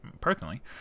personally